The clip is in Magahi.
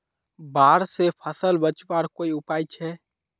बाढ़ से फसल बचवार कोई उपाय छे?